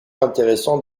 intéressant